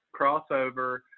crossover –